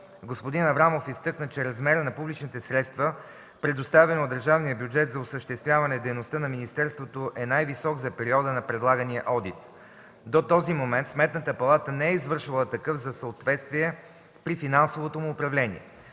Господин Аврамов изтъкна, че размера на публичните средства, предоставяни от държавния бюджет за осъществяване дейността на министерството, е най-висок за периода на предлагания одит. До този момент Сметната палата не е извършвала такъв за съответствие при финансовото му управление.